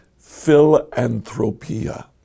philanthropia